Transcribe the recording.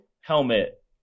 helmet